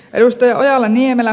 edustaja ojala niemelä